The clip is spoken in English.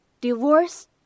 divorce